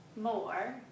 more